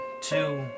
two